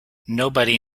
nobody